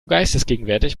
geistesgegenwärtig